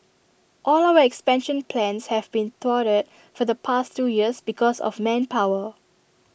all our expansion plans have been thwarted for the past two years because of manpower